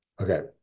okay